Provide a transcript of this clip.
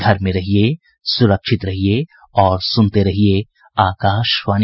घर में रहिये सुरक्षित रहिये और सुनते रहिये आकाशवाणी